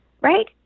Right